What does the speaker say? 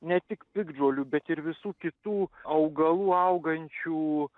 ne tik piktžolių bet ir visų kitų augalų augančių